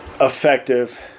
effective